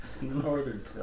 northern